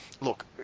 look